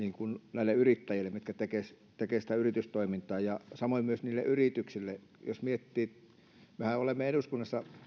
näille yrittäjille jotka tekevät sitä yritystoimintaa ja samoin myös niille yrityksille kun mehän olemme eduskunnassa